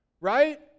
Right